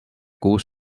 kuus